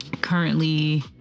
Currently